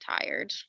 tired